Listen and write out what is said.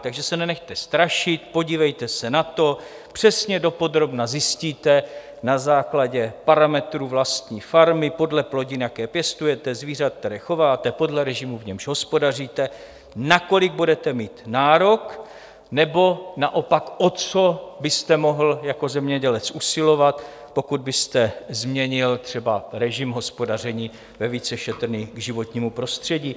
Takže se nenechte strašit, podívejte se na to, přesně dopodrobna zjistíte na základě parametrů vlastní farmy, podle plodin, jaké pěstujete, zvířat, která chováte, podle režimu, v němž hospodaříte, na kolik budete mít nárok, nebo naopak o co byste mohl jako zemědělec usilovat, pokud byste změnil třeba režim hospodaření ve více šetrný k životnímu prostředí.